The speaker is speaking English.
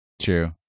True